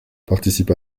participe